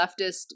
leftist